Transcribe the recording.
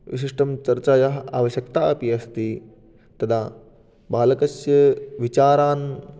विशिष्टं चर्चायाः आवश्यकता अपि अस्ति तदा बालकस्य विचारान्